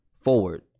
forward